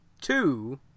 two